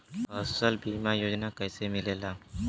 फसल बीमा योजना कैसे मिलेला?